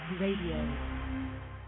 radio